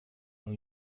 new